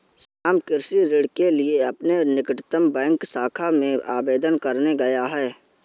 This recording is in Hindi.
श्याम कृषि ऋण के लिए अपने निकटतम बैंक शाखा में आवेदन करने गया है